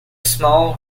small